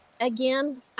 again